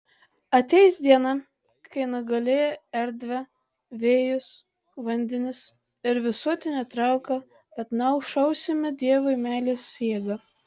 ateis diena kai nugalėję erdvę vėjus vandenis ir visuotinę trauką atnašausime dievui meilės jėgą